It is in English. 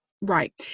right